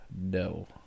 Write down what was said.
No